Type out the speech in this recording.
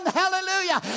hallelujah